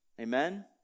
Amen